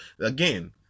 Again